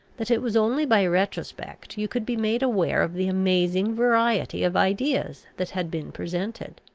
that it was only by retrospect you could be made aware of the amazing variety of ideas that had been presented.